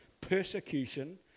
persecution